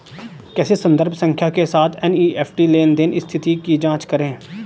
कैसे संदर्भ संख्या के साथ एन.ई.एफ.टी लेनदेन स्थिति की जांच करें?